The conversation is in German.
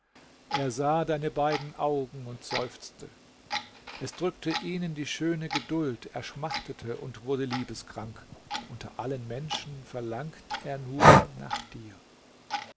er sah deine beiden augen und seufzte es drückte ihn die schöne geduld er schmachtete und wurde liebeskrank unter allen menschen verlangt er nur nach dir